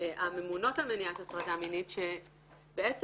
הממונות למניעת הטרדה מינית שבעצם